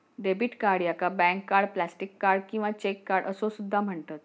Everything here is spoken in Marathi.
डेबिट कार्ड याका बँक कार्ड, प्लास्टिक कार्ड किंवा चेक कार्ड असो सुद्धा म्हणतत